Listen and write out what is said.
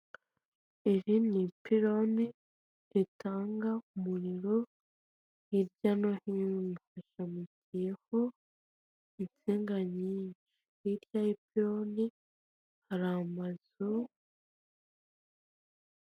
Iri ni ipirone ritanga umuriro hirya no hino bifasha rishamikiyeho insinga nyinshi hirya y'ipironi hari amazu.